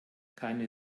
keine